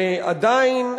ועדיין,